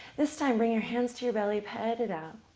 this time, bring your hands to your belly. pet it out.